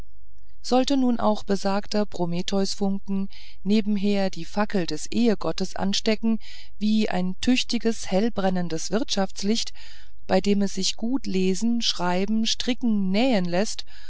sollte nun auch besagter prometheusfunken nebenher die fackel des ehegottes anstecken wie ein tüchtiges hellbrennendes wirtschaftslicht bei dem es sich gut lesen schreiben stricken nähen läßt